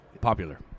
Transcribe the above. popular